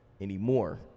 anymore